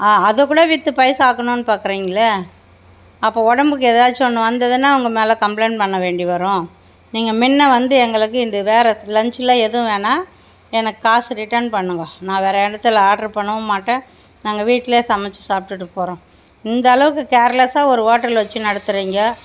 அதைக்கூட விற்று பைசா ஆக்கணும்ன்னு பார்க்குறிங்கள்ல அப்போ உடம்புக்கு எதாச்சு ஒன்று வந்ததுன்னால் உங்கள் மேலே கம்ப்ளைண்ட் பண்ண வேண்டி வரும் நீங்கள் முன்ன வந்து எங்களுக்கு இந்த வேறே லன்ச்சில் எதுவும் வேணா எனக்கு காசு ரிட்டன் பண்ணுங்க நான் வேறே இடத்துல ஆட்ரு பண்ணவும் மாட்டேன் நாங்கள் வீட்டில் சமச்சு சாப்பிட்டுட்டு போகிறோம் இந்த அளவுக்கு கேர்லெஸாக ஒரு ஓட்டல் வச்சு நடத்துகிறிங்க